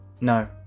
No